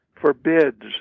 forbids